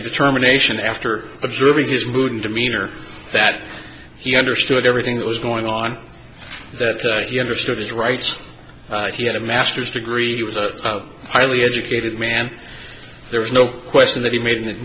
a determination after observing his mood and demeanor that he understood everything that was going on that he understood his rights and he had a master's degree highly educated man there was no question that he made that